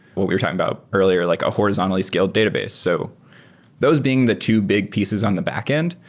what we were talking about earlier, like a horizontally-scaled database. so those being the two big pieces on the backend,